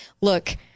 look